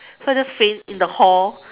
so I just faint in the hall